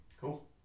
Cool